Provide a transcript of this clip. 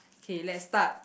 okay let's start